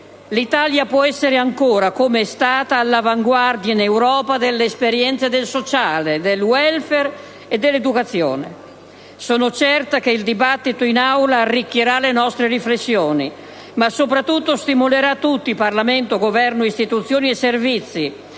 l'Italia può essere ancora, come è stata, all'avanguardia in Europa nell'esperienza del sociale, del *welfare* e dell'educazione. Sono certa che il dibattito in Aula arricchirà le nostre riflessioni, ma soprattutto stimolerà tutti (Parlamento, Governo, istituzioni, servizi,